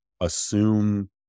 assume